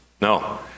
No